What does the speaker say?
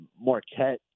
Marquette